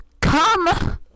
Come